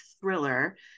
thriller